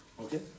okay